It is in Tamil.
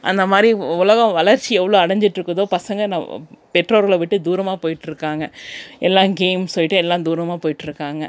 அந்த மாதிரி உலகம் வளர்ச்சி எவ்வளோ அடைஞ்சிட்ருக்குதோ பசங்கள் ந பெற்றோர்களை விட்டு தூரமாக போய்கிட்ருக்காங்க எல்லாம் கேம் சொல்லிகிட்டு எல்லாம் தூரமாக போய்கிட்ருக்காங்க